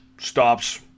stops